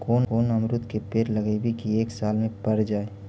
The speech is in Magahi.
कोन अमरुद के पेड़ लगइयै कि एक साल में पर जाएं?